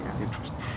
Interesting